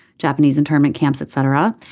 japanese internment camps etc.